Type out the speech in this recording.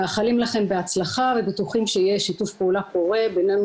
מאחלים לכם בהצלחה ובטוחים שיהיה שיתוף פעולה פורה בינינו